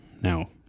Now